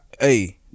Hey